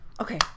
Okay